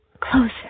Closer